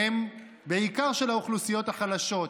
בעיקר של האוכלוסיות החלשות,